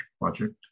project